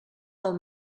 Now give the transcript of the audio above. del